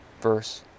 verse